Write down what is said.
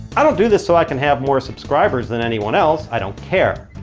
i don't do this so i can have more subscribers than anyone else. i don't care.